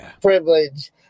Privilege